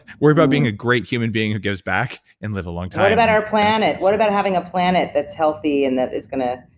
worry about being a great human being who gives back and live a long time. what about our planet? what about having a planet that's healthy and that is gonna